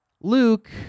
Luke